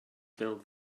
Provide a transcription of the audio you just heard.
build